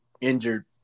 injured